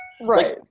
Right